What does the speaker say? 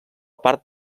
part